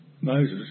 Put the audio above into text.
Moses